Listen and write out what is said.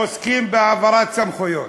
עוסקים בהעברת סמכויות.